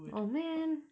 !aww! man